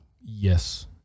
Yes